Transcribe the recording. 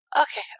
okay